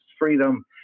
freedom